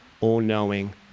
all-knowing